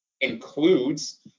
includes